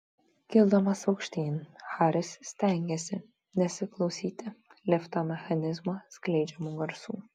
kildamas aukštyn haris stengėsi nesiklausyti lifto mechanizmo skleidžiamų garsų